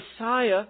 Messiah